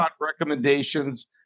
recommendations